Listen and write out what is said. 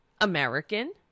American